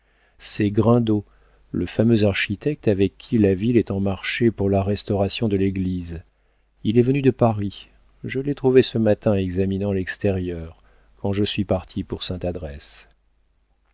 c'est grindot le fameux architecte avec qui la ville est en marché pour la restauration de l'église il est venu de paris je l'ai trouvé ce matin examinant l'extérieur quand je suis parti pour sainte adresse